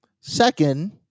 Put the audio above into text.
Second